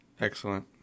Excellent